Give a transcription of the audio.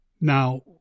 Now